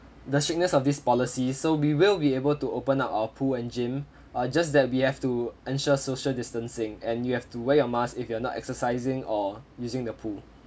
the strictness of this policy so we will be able to open up our pool and gym uh just that we have to ensure social distancing and you have to wear your mask if you are not exercising or using the pool